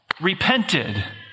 repented